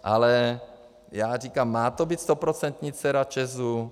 Ale já říkám, má to být stoprocentní dcera ČEZu?